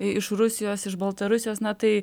iš rusijos iš baltarusijos na tai